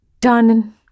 done